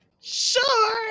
sure